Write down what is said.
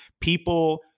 People